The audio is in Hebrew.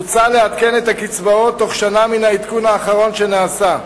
מוצע לעדכן את הקצבאות בתוך שנה מן העדכון האחרון שנעשה.